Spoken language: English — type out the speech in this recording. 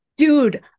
dude